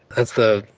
that's the,